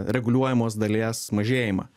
reguliuojamos dalies mažėjimą